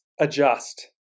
Adjust